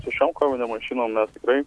su šiom kovinėm mašinom mes tikrai